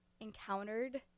encountered